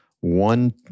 one